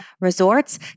resorts